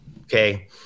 okay